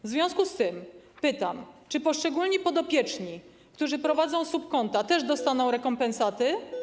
W związku z tym pytam, czy poszczególni podopieczni, którzy prowadzą subkonta, też dostaną rekompensaty.